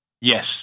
Yes